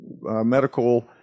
medical